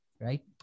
right